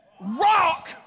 rock